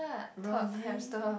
Rosie